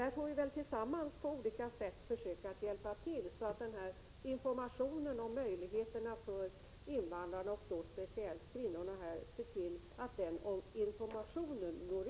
Där får vi väl tillsammans på olika sätt försöka hjälpa till, så att informationen om möjligheterna för invandrarna, speciellt kvinnorna, når ut till dem.